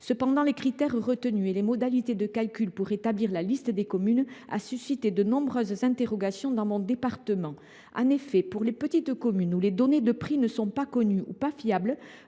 définition des critères retenus et des modalités de calcul pour établir la liste des communes a suscité de nombreuses interrogations dans mon département. En effet, pour les petites communes, où les données de prix ne sont pas connues ou pas fiables,